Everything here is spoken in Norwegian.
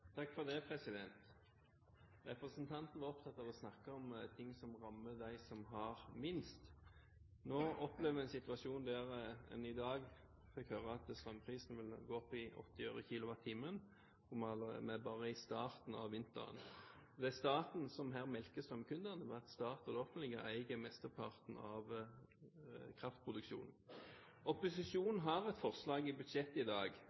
Representanten Slagsvold Vedum var opptatt av å snakke om ting som rammer dem som har minst. Nå opplever vi en situasjon der en i dag fikk høre at strømprisen ville gå opp til 80 øre per kWh, og vi er bare i starten av vinteren. Det er staten som her melker strømkundene fordi staten og det offentlige eier mesteparten av kraftproduksjonen. Opposisjonen har et forslag i budsjettet i dag,